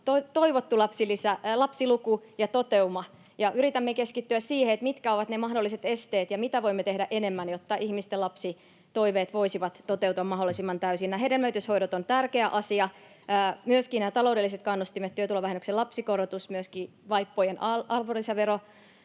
toivottu lapsiluku ja toteuma, ja yritämme keskittyä siihen, mitkä ovat ne mahdolliset esteet ja mitä voimme tehdä enemmän, jotta ihmisten lapsitoiveet voisivat toteutua mahdollisimman täysin. Hedelmöityshoidot ovat tärkeä asia, ja myöskin nämä taloudelliset kannustimet, työtulovähennyksen lapsikorotus ja myöskin vaippojen arvonlisäverohelpotus.